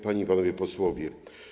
Panie i Panowie Posłowie!